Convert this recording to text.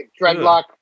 Dreadlock